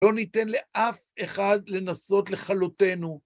לא ניתן לאף אחד לנסות לכלותינו.